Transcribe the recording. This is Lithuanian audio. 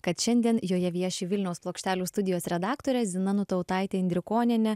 kad šiandien joje vieši vilniaus plokštelių studijos redaktorė zina nutautaitė indrikonienė